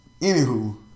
Anywho